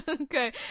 Okay